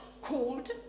called